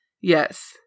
yes